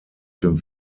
dem